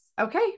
okay